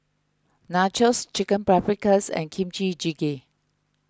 Nachos Chicken Paprikas and Kimchi Jjigae